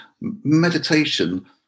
meditation